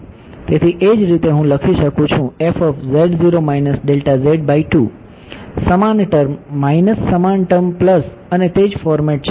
તેથી એ જ રીતે હું લખી શકું છું સમાન ટર્મ માઇનસ સમાન ટર્મ પ્લસ અને તે જ ફોર્મેટ છે